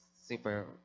super